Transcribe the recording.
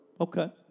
Okay